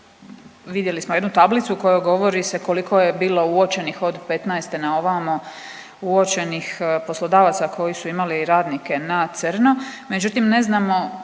vidjeli smo jednu tablicu u kojoj govori se koliko je bilo uočeno od petnaeste na ovamo, uočenih poslodavaca koji su imali radnike na crno. Međutim, ne znamo